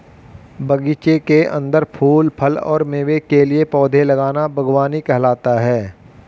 बगीचे के अंदर फूल, फल और मेवे के लिए पौधे लगाना बगवानी कहलाता है